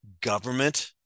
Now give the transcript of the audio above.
government